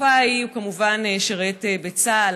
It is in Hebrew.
בתקופה ההיא הוא כמובן שירת בצה"ל,